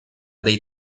dei